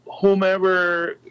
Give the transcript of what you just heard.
whomever